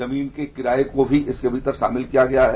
जमीन के किराये को भी इसके भीतर शामिल किया गया है